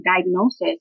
diagnosis